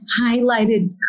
highlighted